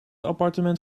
appartement